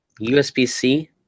USB-C